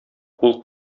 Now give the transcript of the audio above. кул